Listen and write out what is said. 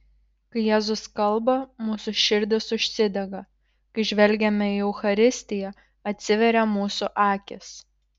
kai jėzus kalba mūsų širdys užsidega kai žvelgiame į eucharistiją atsiveria mūsų akys